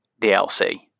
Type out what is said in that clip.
DLC